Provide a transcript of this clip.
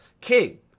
king